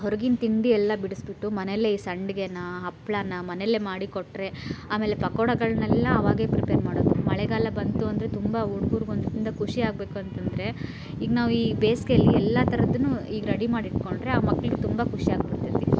ಹೊರಗಿಂದು ತಿಂಡಿ ಎಲ್ಲ ಬಿಡ್ಸಿಬಿಟ್ಟು ಮನೆಯಲ್ಲಿ ಈ ಸಂಡಿಗೇನ ಹಪ್ಪಳಾನ ಮನೆಯಲ್ಲೇ ಮಾಡಿ ಕೊಟ್ಟರೆ ಆಮೇಲೆ ಪಕೋಡಗಳನ್ನೆಲ್ಲ ಅವಾಗೆ ಪ್ರಿಪೇರ್ ಮಾಡೋದು ಮಳೆಗಾಲ ಬಂತು ಅಂದರೆ ತುಂಬ ಹುಡ್ಗುರಿಗಂತೂ ಖುಷಿ ಆಗಬೇಕು ಅಂತಂದರೆ ಈಗ ನಾವು ಈ ಬೇಸಿಗೆಯಲ್ಲಿ ಎಲ್ಲ ಥರದ್ದನ್ನು ಈಗ ರೆಡಿ ಮಾಡಿಟ್ಕೊಂಡರೆ ಆ ಮಕ್ಳಿಗೆ ತುಂಬ ಖುಷಿ ಆಗ್ತಿರ್ತದೆ